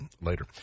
later